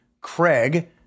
Craig